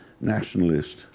nationalist